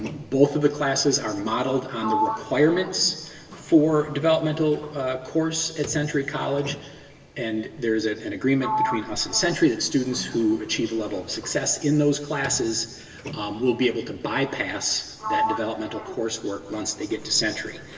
both of the classes are modeled on the requirements for developmental course at century college and there's an agreement between us and century that students who achieve a level of success in those classes will be able to bypass that developmental coursework once they get to century.